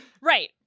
Right